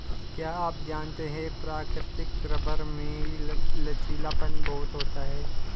क्या आप जानते है प्राकृतिक रबर में लचीलापन बहुत होता है?